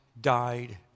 died